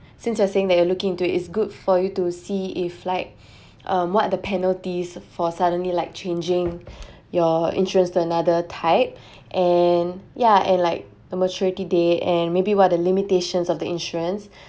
since you are saying that you are looking into it good for you to see if like um what the penalties for suddenly like changing your interests to another type and yeah and like the maturity date and maybe what the limitations of the insurance